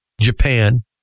Japan